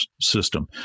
system